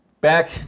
back